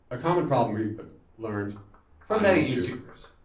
a common problem we've learned for many youtubers.